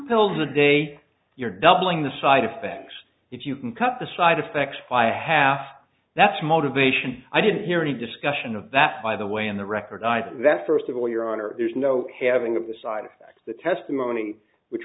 pills a day you're doubling the side effects if you can cut the side effects by a half that's motivation i didn't hear any discussion of that by the way in the record i did that first of all your honor there's no having that the side effect that testimony which